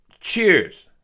cheers